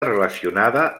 relacionada